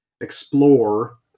Explore